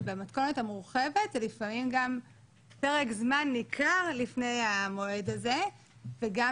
ובמתכונת המורחבת זה לפעמים גם פרק זמן ניכר לפני המועד הזה וגם